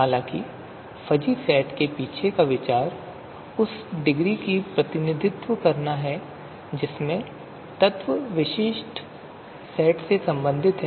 हालांकि fuzzy set के पीछे का विचार उस डिग्री का प्रतिनिधित्व करना है जिसमें तत्व विशिष्ट सेट से संबंधित हैं